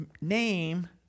name